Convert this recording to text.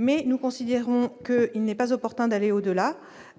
mais nous considérons que, il n'est pas opportun d'aller au-delà